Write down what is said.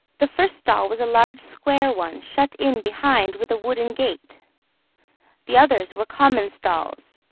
the first stall was a large square one, shut in behind with a wooden gate the others were common stalls,